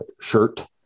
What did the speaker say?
shirt